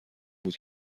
بود